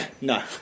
No